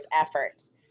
efforts